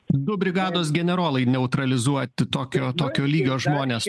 du brigados generolai neutralizuoti tokio tokio lygio žmonės